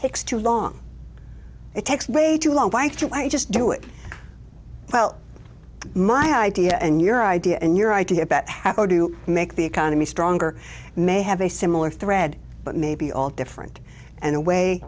takes too long it takes way too long i just do it well my idea and your idea and your idea about how to make the economy stronger may have a similar thread but maybe all different and away